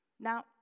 Now